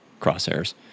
crosshairs